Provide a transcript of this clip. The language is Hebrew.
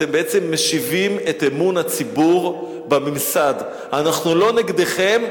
אתם בעצם משיבים את אמון הציבור בממסד אנחנו לא נגדכם,